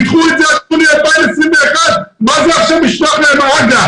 קחו את זה עד יוני 2021, מה זה לשלוח להם הג"א?